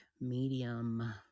medium